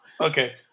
Okay